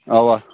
اَوا